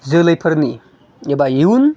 जोलैफोरनि एबा इयुन